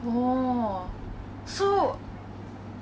and right now